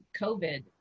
COVID